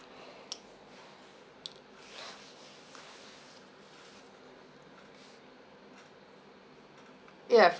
ya